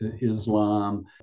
Islam